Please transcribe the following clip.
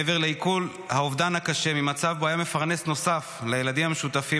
מעבר לעיכול האובדן הקשה ממצב שבו היה מפרנס נוסף לילדים המשותפים,